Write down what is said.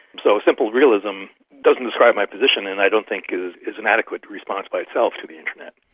so simple realism doesn't describe my position and i don't think is is an adequate response by itself to the internet.